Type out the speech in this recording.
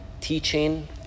teaching